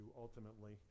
ultimately